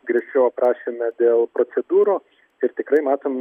griežčiau aprašėme dėl procedūrų ir tikrai matom